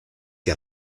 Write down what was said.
que